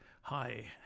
Hi